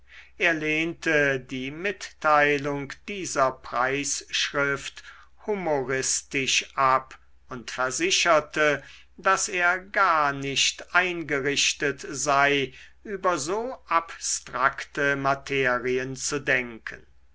er lehnte die mitteilung dieser preisschrift humoristisch ab und versicherte daß er gar nicht eingerichtet sei über so abstrakte materien zu denken